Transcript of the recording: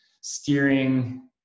steering